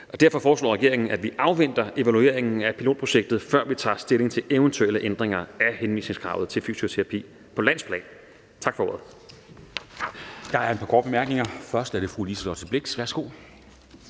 Derfor foreslår regeringen, at vi afventer evalueringen af pilotprojektet, før vi tager stilling til eventuelle ændringer af henvisningskravet til fysioterapi på landsplan. Tak for ordet.